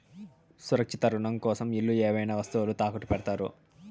సురక్షిత రుణం కోసం ఇల్లు ఏవైనా వస్తువులు తాకట్టు పెడతారు